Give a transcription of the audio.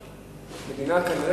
אבל איזו מדינה זאת?